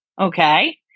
Okay